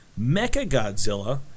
Mechagodzilla